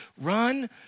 Run